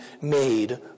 made